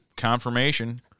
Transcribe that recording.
Confirmation